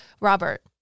Robert